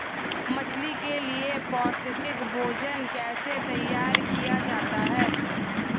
मछली के लिए पौष्टिक भोजन कैसे तैयार किया जाता है?